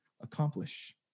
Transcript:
accomplish